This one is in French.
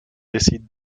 décide